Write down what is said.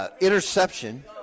Interception